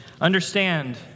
Understand